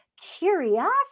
curiosity